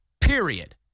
period